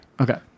Okay